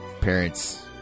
parents